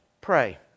pray